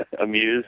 amused